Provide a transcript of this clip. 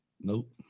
Nope